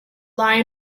lie